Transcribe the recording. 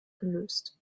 gelöst